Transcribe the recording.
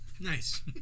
Nice